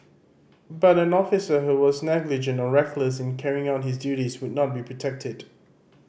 but an officer who was negligent or reckless in carrying out his duties would not be protected